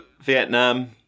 Vietnam